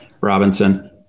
Robinson